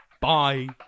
Bye